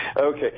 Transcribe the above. Okay